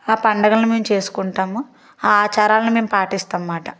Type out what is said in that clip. ఆ పండగల్ని మేము చేసుకుంటాము ఆ ఆచారాల్ని మేము పాటిస్తాంమాట